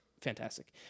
Fantastic